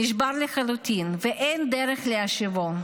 נשבר לחלוטין, ואין דרך להשיבו.